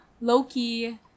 Loki